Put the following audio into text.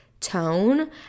tone